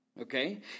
okay